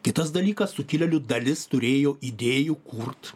kitas dalykas sukilėlių dalis turėjo idėjų kurt